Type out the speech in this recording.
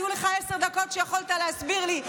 היו לך עשר דקות שבהן יכולת להסביר לי,